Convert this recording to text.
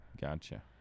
Gotcha